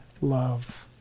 love